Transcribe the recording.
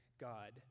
God